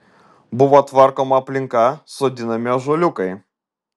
buvo tvarkoma aplinka sodinami ąžuoliukai